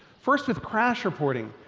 first, with crash reporting,